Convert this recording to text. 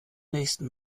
nächsen